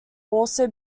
also